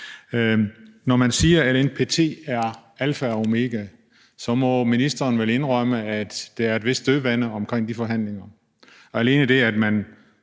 Når man siger, at NPT er alfa og omega, må ministeren vel indrømme, at der er et vist dødvande i de forhandlinger. Alene det, at man